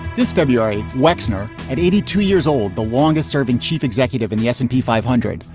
this february, wexner, at eighty two years old, the longest serving chief executive in the s and p five hundred,